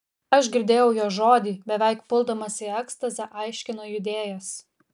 aš girdėjau jo žodį beveik puldamas į ekstazę aiškino judėjas